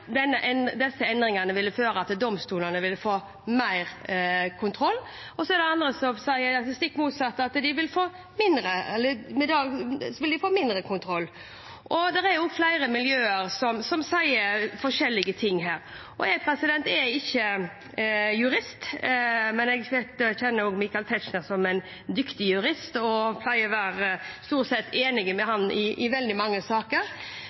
disse endringene ville føre til at domstolene ville få mer kontroll, og så er det andre som sier det stikk motsatte, at de med det vil få mindre kontroll. Det er flere miljøer som sier forskjellige ting her. Jeg er ikke jurist, men jeg kjenner Michael Tetzschner som en dyktig jurist og pleier stort sett å være enig med ham i veldig mange saker.